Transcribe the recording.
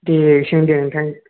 दे सों दे नोंथां